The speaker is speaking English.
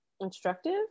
instructive